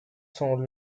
sont